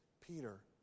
Peter